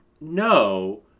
no